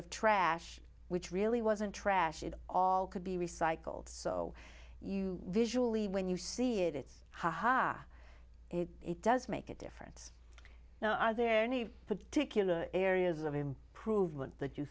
of trash which really wasn't trash it all could be recycled so you visually when you see it it's haha it does make a difference now are there any particular areas of improvement that you